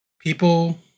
People